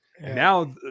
Now